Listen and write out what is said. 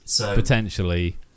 potentially